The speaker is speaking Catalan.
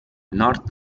nord